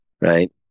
right